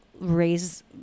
Raise